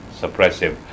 suppressive